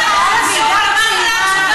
עניתי על השאלה.